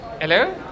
Hello